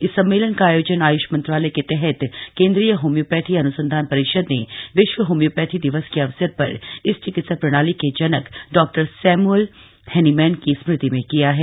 इस सम्मेलन का आयोजन आयुष मंत्रालय के तहत केन्द्रीय होम्योपैथी अनुसंधान परिषद ने विश्व होम्योपैथी दिवस के अवसर पर इस चिकित्सा प्रणाली के जनक डॉक्टर सैमुअल हैनीमैन की स्मृति में किया है